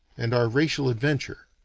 and our racial adventure,